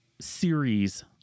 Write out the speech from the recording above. series